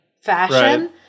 fashion